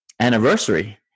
anniversary